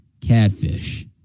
catfish